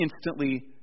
instantly